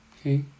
okay